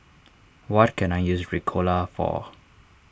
what can I use Ricola for